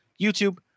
YouTube